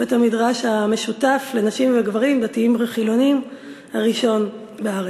בית-המדרש המשותף לנשים וגברים דתיים וחילונים הראשון בארץ.